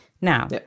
now